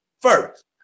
first